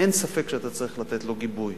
אין ספק שאתה צריך לתת לו גיבוי.